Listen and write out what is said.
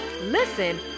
listen